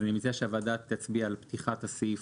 אז אני מציע שהוועדה תצביע על פתיחת הסעיף